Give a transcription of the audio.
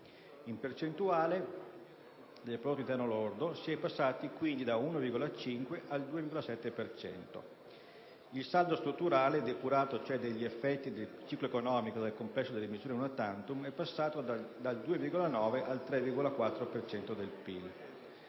In percentuale del prodotto interno lordo, si è passati dall'1,5 al 2,7 per cento. Il saldo strutturale - depurato cioè dagli effetti del ciclo economico e dal complesso delle misure *una tantum* - è passato dal 2,9 al 3,4 per